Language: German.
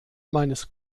meines